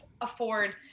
afford